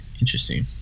interesting